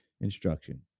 instruction